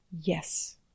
Yes